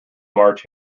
march